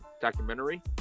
documentary